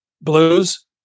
blues